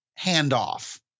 handoff